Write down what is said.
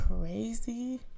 crazy